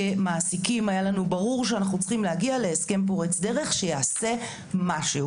כמעסיקים היה לנו ברור שאנחנו צריכים להגיע להסכם פורץ דרך שיעשה משהו.